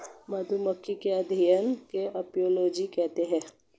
मधुमक्खियों के अध्ययन को अपियोलोजी कहते हैं